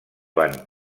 van